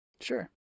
Sure